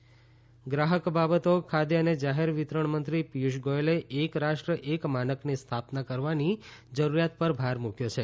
પિયૂષ ગોયલ ગ્રાહકો બાબતો ખાદ્ય અને જાહેર વિતરણ મંત્રી પિયૂષ ગોથલે એક રાષ્ટ્ર એક માનકની સ્થાપના કરવાની જરૂરિયાત પર ભાર મૂક્યો છે